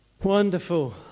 Wonderful